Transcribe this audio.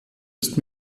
ist